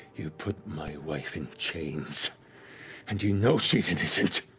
you put my wife in chains and you know she's innocent!